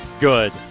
good